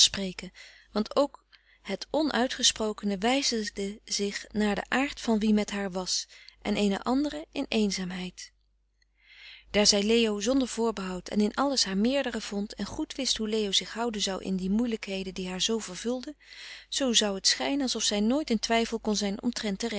want ook het onuitgesprokene wijzigde zich naar den aard van wie met haar was en eene andere in eenzaamheid frederik van eeden van de koele meren des doods daar zij leo zonder voorbehoud en in alles haar meerdere vond en goed wist hoe leo zich houden zou in die moeielijkheden die haar zoo vervulden zoo zou het schijnen alsof zij nooit in twijfel kon zijn omtrent